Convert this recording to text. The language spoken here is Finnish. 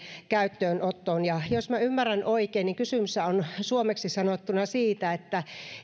käyttöönottoon jos ymmärrän oikein niin kysymys on suomeksi sanottuna siitä että